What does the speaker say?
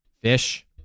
Fish